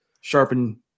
sharpen